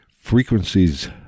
frequencies